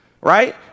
right